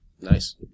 Nice